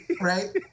right